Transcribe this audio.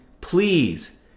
please